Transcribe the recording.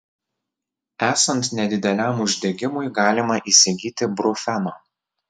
esant nedideliam uždegimui galima įsigyti brufeno